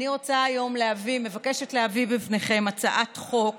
אני מבקשת להביא בפניכם את הצעת חוק